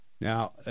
now